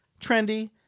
trendy